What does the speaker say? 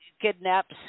kidnaps